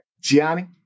Gianni